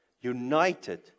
united